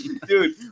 dude